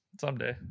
someday